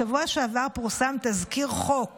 בשבוע שעבר פורסם תזכיר חוק